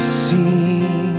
see